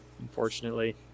unfortunately